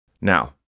Now